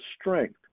strength